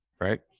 right